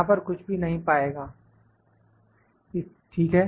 यहां पर कुछ भी नहीं पाएगा ठीक है